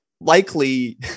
likely